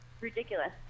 Ridiculous